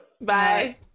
Bye